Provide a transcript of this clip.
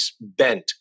bent